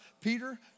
Peter